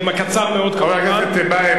חבר הכנסת טיבייב,